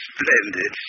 Splendid